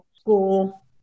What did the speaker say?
school